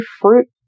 fruit